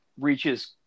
reaches